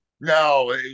No